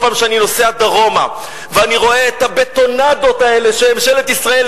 כל פעם שאני נוסע דרומה ואני רואה את הבטונדות האלה שממשלת ישראל